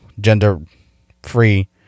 gender-free